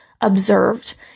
observed